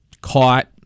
caught